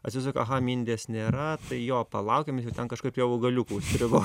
atsisuka aha mindės nėra jo palaukim jis jau ten kažkur prie augaliukų užstrigo